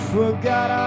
Forgot